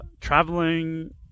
traveling